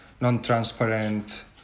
non-transparent